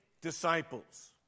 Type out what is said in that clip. disciples